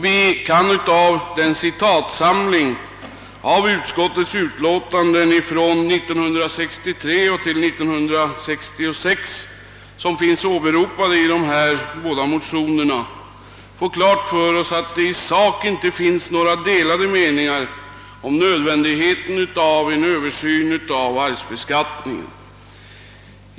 Vi kan av den citatsamling ur utskottsutlåtanden från 1963 till 1966 som finns återgiven i motionen få klart för oss att det i sak inte finns några delade meningar om nödvändigheten av en översyn av hela arvsbeskattningen.